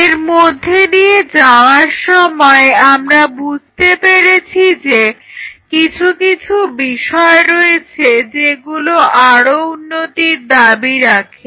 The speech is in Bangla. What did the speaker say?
এর মধ্যে দিয়ে যাওয়ার সময় আমরা বুঝতে পেরেছি যে কিছু কিছু বিষয় রয়েছে যেগুলো আরও উন্নতির দাবি রাখে